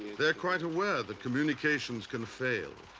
they're quite aware that communications can fail,